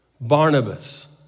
Barnabas